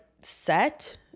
set